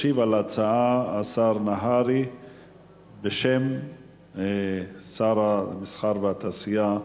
ישיב על ההצעה השר נהרי בשם שר המסחר והתעשייה.